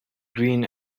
green